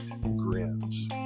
grins